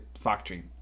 factory